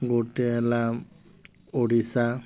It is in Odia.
ଗୋଟେ ହେଲା ଓଡ଼ିଶା